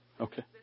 okay